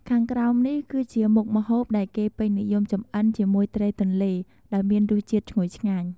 ខាងក្រោមនេះគឺជាមុខម្ហូបដែលគេពេញនិយមចម្អិនជាមួយត្រីទន្លេ ដោយមានរសជាតិឈ្ងុយឆ្ងាញ់។